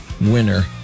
winner